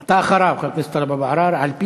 אתה אחריו, חבר הכנסת טלב אבו עראר, על-פי